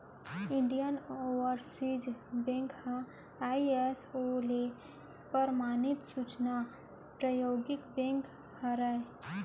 Indian Overseas Bank ह ISO ले परमानित सूचना प्रौद्योगिकी बेंक हरय